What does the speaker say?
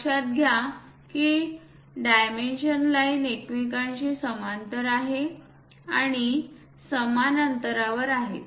लक्षात घ्या की डायमेन्शन लाईन एकमेकांशी समांतर आहेत आणि समान अंतरावर आहेत